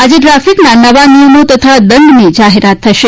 આજે ટ્રાફિકના નવા નિયમો તથા દંડની જાહેરાત થશે